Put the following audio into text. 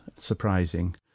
surprising